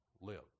live